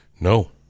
No